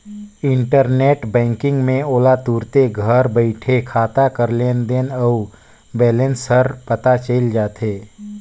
internet banking में ओला तुरते घर बइठे खाता कर लेन देन अउ बैलेंस हर पता चइल जाथे